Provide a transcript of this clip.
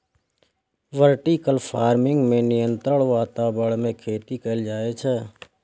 vertical farming मे नियंत्रित वातावरण मे खेती कैल जाइ छै